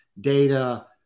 data